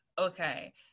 okay